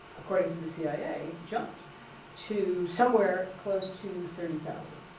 according to the cia, jumped to somewhere close to thirty thousand.